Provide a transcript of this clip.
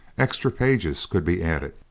extra pages could be added.